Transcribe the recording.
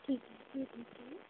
ठीक है